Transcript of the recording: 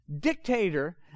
dictator